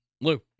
Lou